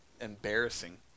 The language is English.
embarrassing